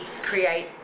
create